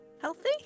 healthy